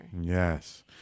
Yes